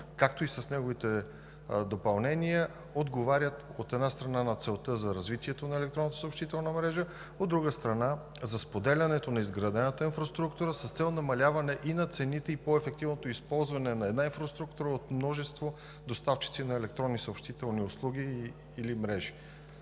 както и с неговите допълнения, отговарят, от една страна, на целта за развитието на електронната съобщителна мрежа, от друга страна, за споделянето на изградената инфраструктура с цел намаляване на цените и по-ефективното използване на една инфраструктура от множество доставчици на електронни съобщителни услуги или мрежи.